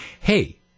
hey